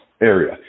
area